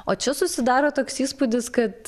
o čia susidaro toks įspūdis kad